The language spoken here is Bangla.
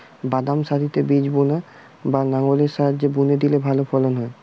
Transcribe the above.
বাদাম সারিতে বীজ বোনা না লাঙ্গলের সাথে বুনে দিলে ভালো ফলন হয়?